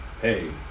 hey